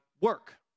work